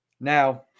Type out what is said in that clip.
Now